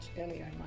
earlier